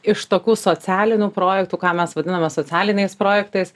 iš tokių socialinių projektų ką mes vadiname socialiniais projektais